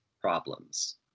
problems